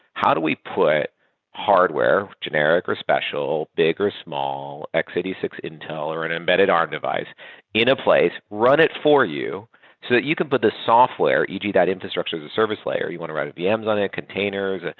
how do we put hardware, generic or special, big or small, x eight six intel or an embedded arm device in a place? run it for you so that you can put the software, e g. that infrastructures as a service layer. you want to run vm's on it, containers,